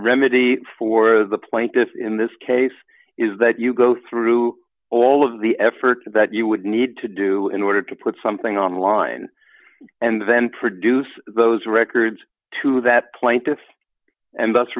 remedy for the plaintiffs in this case is that you go through all of the effort that you would need to do in order to put something online and then produce those records to that plaintiffs and